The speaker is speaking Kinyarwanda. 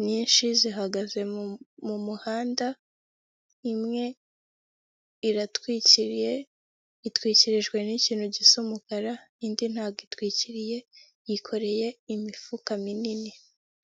myinshi zihagaze mu muhanda, imwe iratwikiriye, itwikirijwe n'ikintu gisa umukara, indi ntabwo itwikiriye yikoreye imifuka minini.